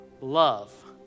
love